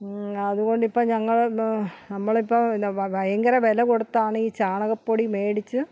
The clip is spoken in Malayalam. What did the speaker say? അതുകൊണ്ടിപ്പം ഞങ്ങള് നമ്മൾ ഇപ്പം എന്താ വ ഭയങ്കര വില കൊടുത്ത് ആണ് ഈ ചാണകപ്പൊടി മേടിച്ച്